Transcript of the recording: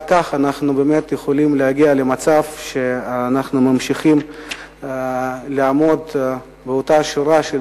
רק כך אנחנו באמת יכולים להגיע למצב שאנחנו ממשיכים לעמוד בשורה של